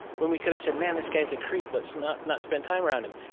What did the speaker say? when we could have said, man, this guy's a creep, let's not not spend time around him.